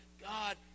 God